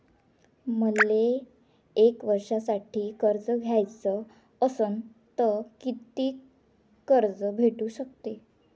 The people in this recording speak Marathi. मले एक वर्षासाठी कर्ज घ्याचं असनं त कितीक कर्ज भेटू शकते?